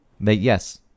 Yes